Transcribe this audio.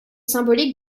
symbolique